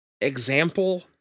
example